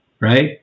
Right